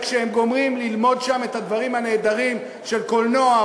כשהם גומרים ללמוד שם את הדברים הנהדרים של הקולנוע,